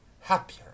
happier